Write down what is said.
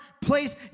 place